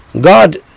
God